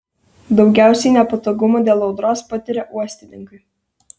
daugiausiai nepatogumų dėl audros patiria uostininkai